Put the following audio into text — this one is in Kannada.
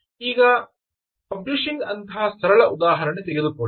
ಈಗ ಪಬ್ಲಿಷಿಂಗ್ ಅಂತಹ ಸರಳ ಉದಾಹರಣೆ ತೆಗೆದುಕೊಳ್ಳಿ